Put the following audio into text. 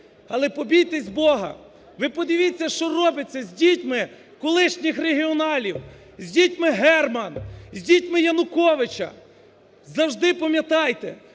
але побійтесь Бога, ви подивіться, що робиться з дітьми колишніх регіоналів, з дітьми Герман, з дітьми Януковича. Завжди пам'ятайте,